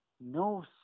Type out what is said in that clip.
no